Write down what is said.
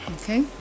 Okay